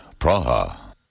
Praha